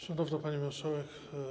Szanowna Pani Marszałek!